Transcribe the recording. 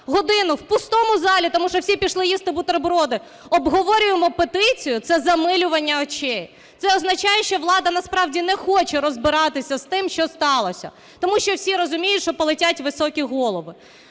годину в пустому залі, тому що всі пішли їсти бутерброди, обговорюємо петицію, – це замилювання очей. Це означає, що влада насправді не хоче розбиратися з тим, що сталося, тому що всі розуміють, що полетять високі голови.